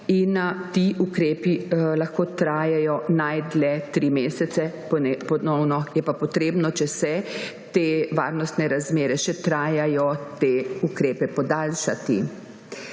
Ti ukrepi lahko trajajo najdlje tri mesece, ponovno je pa potrebno, če te varnostne razmere še trajajo, te ukrepe podaljšati.